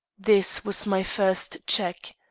this was my first check.